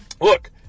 Look